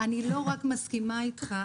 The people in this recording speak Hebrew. אני לא רק מסכימה אתך,